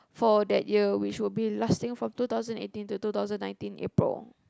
for that year we should be lasting from two thousand eighteen to two thousand nineteen April